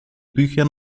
büchern